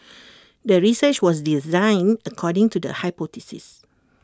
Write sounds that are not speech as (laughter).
(noise) the research was designed according to the hypothesis